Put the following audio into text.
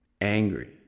angry